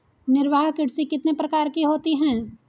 निर्वाह कृषि कितने प्रकार की होती हैं?